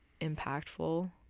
impactful